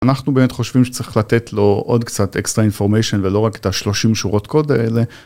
אנחנו באמת חושבים שצריך לתת לו עוד קצת extra information ולא רק את השלושים שורות קוד האלה.